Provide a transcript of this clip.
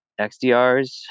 XDRs